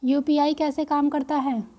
UPI कैसे काम करता है?